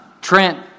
Trent